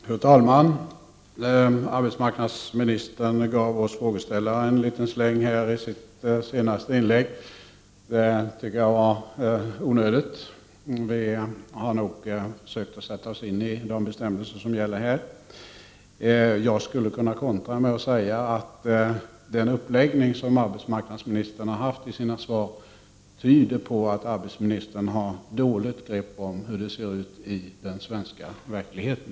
Fru talman! Arbetsmarknadsministern gav oss frågeställare en liten släng i sitt senaste inlägg. Det tycker jag var onödigt. Vi har nog försökt att sätta oss in i de bestämmelser som gäller här. Jag skulle kunna kontra med att säga att uppläggningen av arbetsmarknadsministerns svar tyder på att arbets marknadsministern har dåligt grepp om hur det ser ut i den svenska verkligheten.